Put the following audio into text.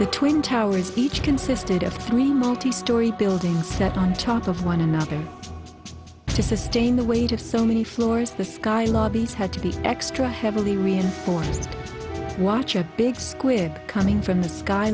the twin towers each consisted of three multi story buildings set on top of one another to sustain the weight of so many floors the sky lobbies had to be extra heavily reinforced watch a big squid coming from the sky